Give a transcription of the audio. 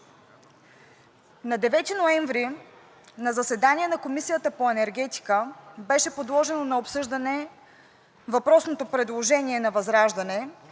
На 9 ноември, на заседание на Комисията по енергетика, беше подложено на обсъждане въпросното предложение на ВЪЗРАЖДАНЕ,